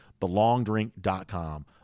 thelongdrink.com